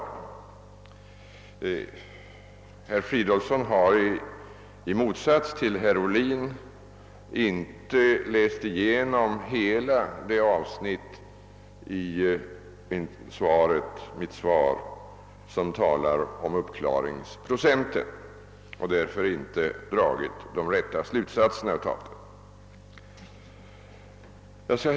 I motsats till herr Ohlin har herr Fridolfsson i Stockholm inte läst igenom hela det avsnitt i interpellationssvaret där jag talar om uppklaringsprocenten, och därför har han inte heller dragit de rätta slutsatserna av vad jag har sagt.